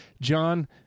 John